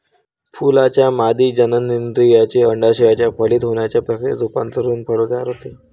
फुलाच्या मादी जननेंद्रियाचे, अंडाशयाचे फलित होण्याच्या प्रक्रियेत रूपांतर होऊन फळ तयार होते